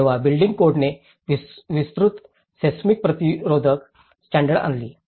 जेव्हा बिल्डिंग कोडने विस्तृत सेसमिक प्रतिरोधक स्टॅंडर्ड आणली